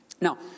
Now